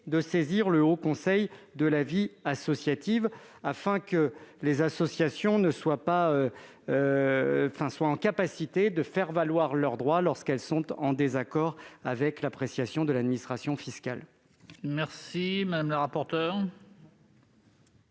ainsi que le Haut Conseil à la vie associative, afin que les associations soient en mesure de faire valoir leurs droits lorsqu'elles sont en désaccord avec l'appréciation de l'administration fiscale. Quel est l'avis de